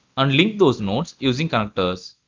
and link those nodes using connectors.